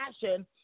passion